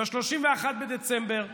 ב-31 בדצמבר 2014,